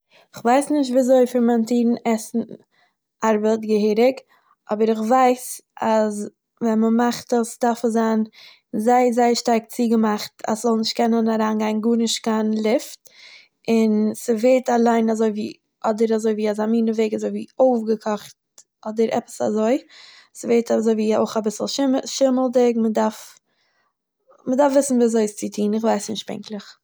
איך ווייס נישט ווי אזוי פערמעינטירן עסן ארבעט געהעריג, אבער איך ווייס אז ווען מ'מאכט עס דארף עס זיין זייער זייער שטארק צוגעמאכט אז ס'זאל נישט קענען אריינגיין גארנישט קיין לופט, און ס'ווערט אליין אזווי ווי אדער אזוי ווי אזא מינע וועג אזוי אויפגעקאכט אדער עפעס אזוי ס'ווערט אזוי ווי אויך אביסל שימל שימלדיג, מ'דארף, מ'דארף וויסן ווי אזוי עס צו טוהן, איך ווייס נישט פונקטליך.